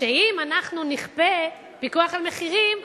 שאם אנחנו נכפה פיקוח על מחירים,